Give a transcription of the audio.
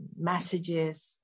messages